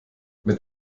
mit